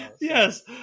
Yes